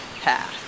path